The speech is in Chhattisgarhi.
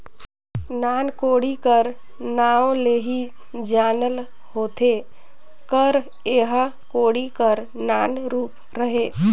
नान कोड़ी कर नाव ले ही जानल होथे कर एह कोड़ी कर नान रूप हरे